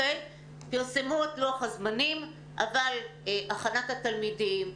פרסמו את לוח הזמנים אבל הכנת התלמידים,